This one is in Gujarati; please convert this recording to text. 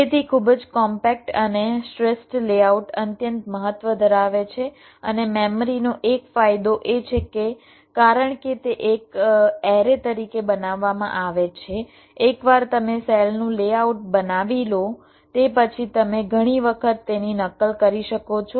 તેથી ખૂબ જ કોમ્પેક્ટ અને શ્રેષ્ઠ લેઆઉટ અત્યંત મહત્વ ધરાવે છે અને મેમરીનો એક ફાયદો એ છે કે કારણ કે તે એક એરે તરીકે બનાવવામાં આવે છે એકવાર તમે સેલનું લેઆઉટ બનાવી લો તે પછી તમે ઘણી વખત તેની નકલ કરી શકો છો